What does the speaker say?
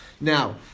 Now